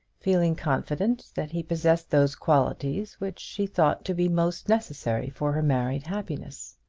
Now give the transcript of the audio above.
feeling confident that he possessed those qualities which she thought to be most necessary for her married happiness.